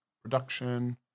production